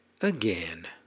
again